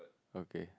okay